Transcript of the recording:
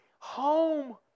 Home